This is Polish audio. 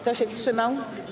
Kto się wstrzymał?